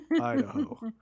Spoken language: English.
Idaho